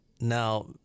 Now